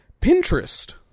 Pinterest